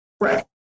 Right